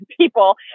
people